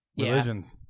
Religions